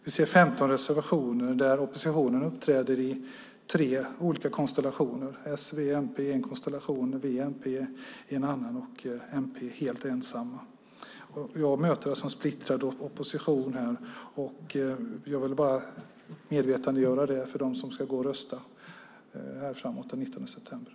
Vi ser 15 reservationer där oppositionen uppträder i tre olika konstellationer. Det är s, v och mp i en konstellation, det är v och mp i en annan och mp helt ensamma. Jag möter alltså en splittrad opposition här. Jag vill bara medvetandegöra det för dem som ska gå och rösta den 19 september.